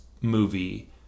movie